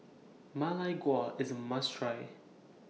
Ma Lai Gao IS A must Try